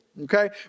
Okay